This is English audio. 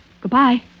Goodbye